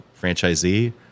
franchisee